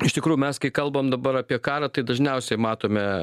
iš tikrųjų mes kai kalbam dabar apie karą tai dažniausiai matome